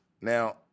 Now